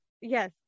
Yes